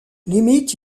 limite